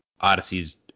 Odyssey's